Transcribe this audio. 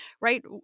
right